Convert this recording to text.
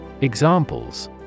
examples